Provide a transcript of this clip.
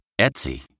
Etsy